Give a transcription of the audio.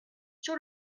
sur